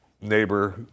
neighbor